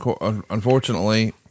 unfortunately